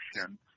action